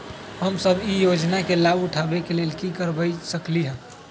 हम सब ई योजना के लाभ उठावे के लेल की कर सकलि ह?